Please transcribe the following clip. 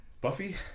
Buffy